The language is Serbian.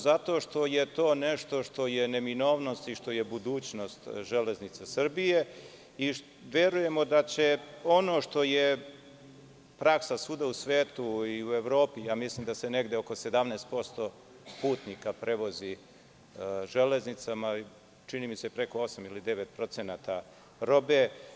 Zato što je to nešto što je neminovnost i što je budućnost železnice Srbije i verujemo da će, ono što je praksa svuda u svetu i u Evropi, mislim da se negde oko 17% putnika prevozi železnicama, a negde oko 8% ili 9% robe.